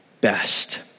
best